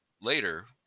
later